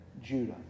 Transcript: Judah